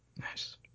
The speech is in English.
nice